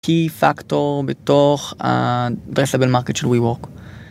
קי-פקטור בתוך ה-addressable market של ווי-וורק.